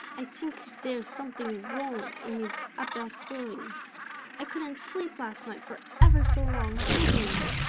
i tink dere's someting wrong in his upper story i couldn't sleep last night for ever so long, thinking of it,